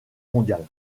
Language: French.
mondiale